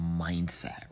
mindset